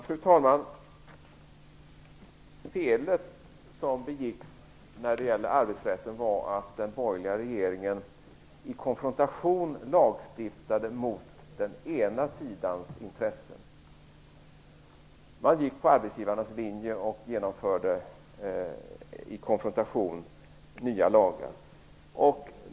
Fru talman! Felet som begicks när det gäller arbetsrätten var att den borgerliga regeringen i konfrontation lagstiftade emot den ena sidans intressen. Man gick på arbetsgivarnas linje och införde nya lagar.